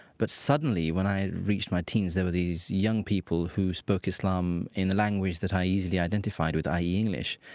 but suddenly when i reached my teens, there were these young people who spoke islam in the language that i easily identified with, i e, english.